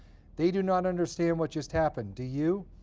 they do not understand what just happened, do you?